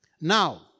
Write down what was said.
Now